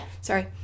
Sorry